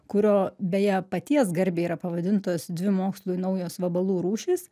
kurio beje paties garbei yra pavadintos dvi mokslui naujos vabalų rūšys